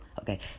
Okay